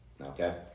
Okay